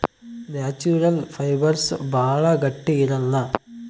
natural fibres ಭಾಳ ಗಟ್ಟಿ ಇರಲ್ಲ